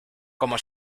como